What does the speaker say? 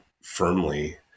firmly